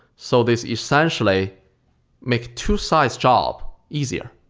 so this essentially make two sides job easier.